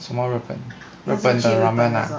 什么日本 日本的 ramen ah